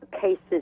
cases